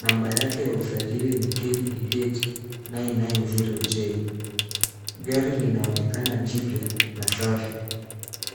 Namba yake ni usajili ni KDH 990J. Gari linaonekana jipya na safi.